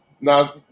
Now